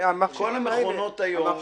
כל המכונות היום --- אורי מקלב (יו"ר ועדת המדע